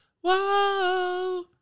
Whoa